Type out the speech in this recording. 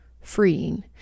freeing